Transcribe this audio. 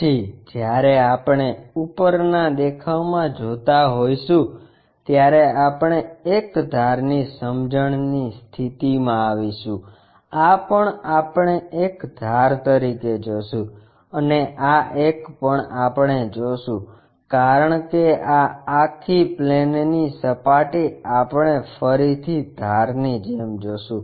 પછી જ્યારે આપણે ઉપરના દેખાવમાં જોતા હોઈશું ત્યારે આપણે એક ધારની સમજણની સ્થિતિમાં આવીશું આ પણ આપણે એક ધાર તરીકે જોશું અને આ એક પણ આપણે જોશું કારણ કે આ આખી પ્લેનની સપાટી આપણે ફરીથી ધારની જેમ જોશું